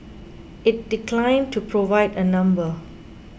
it declined to provide a number